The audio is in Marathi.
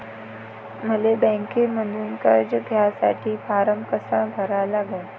मले बँकेमंधून कर्ज घ्यासाठी फारम कसा भरा लागन?